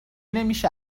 نمیشه